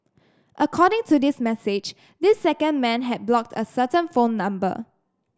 according to this message this second man had blocked a certain phone number